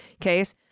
case